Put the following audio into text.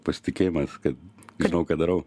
pasitikėjimas kad žinau ką darau